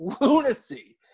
lunacy